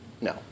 No